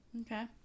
Okay